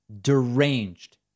deranged